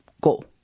Go